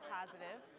positive